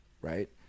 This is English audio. right